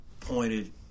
pointed